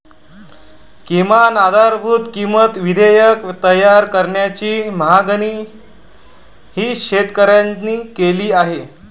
किमान आधारभूत किंमत विधेयक तयार करण्याची मागणीही शेतकऱ्यांनी केली आहे